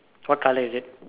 what colour is it